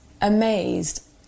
amazed